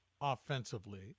offensively